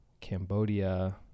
Cambodia